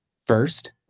first